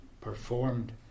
performed